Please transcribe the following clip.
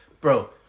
Bro